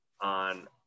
on